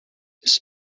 his